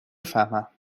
فهمم